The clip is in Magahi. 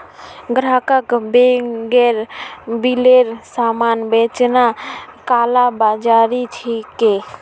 ग्राहकक बेगैर बिलेर सामान बेचना कालाबाज़ारी छिके